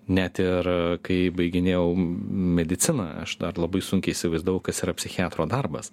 net ir kai baiginėjau mediciną aš dar labai sunkiai įsivaizdavau kas yra psichiatro darbas